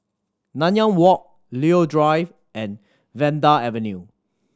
Nanyang Walk Leo Drive and Vanda Avenue